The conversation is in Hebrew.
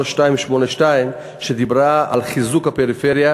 3282, שדיברה על חיזוק הפריפריה,